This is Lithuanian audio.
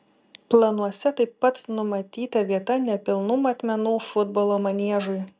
planuose taip pat numatyta vieta nepilnų matmenų futbolo maniežui